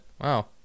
Wow